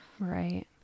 Right